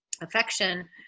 affection